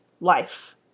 life